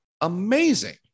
amazing